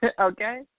Okay